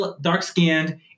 dark-skinned